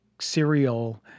cereal